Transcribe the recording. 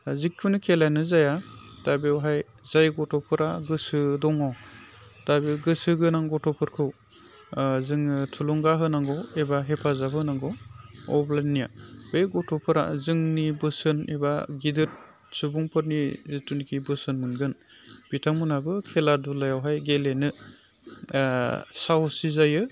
बा जिखुनु खेलायानो जाया दा बेवहाय जाय गथ'फोरा गोसो दङ दा बे गोसो गोनां गथ'फोरखौ जोङो थुलुंगा होनांगौ एबा हेफाजाब होनांगौ अब्लानिया बे गथ'फोरा जोंनि बोसोन एबा गिदिर सुबुंफोरनि जिथुनिखि बोसोन मोनगोन बिथांमोनहाबो खेला धुलायावहाय गेलेनो साहसि जायो